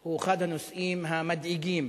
הוא אחד הנושאים המדאיגים,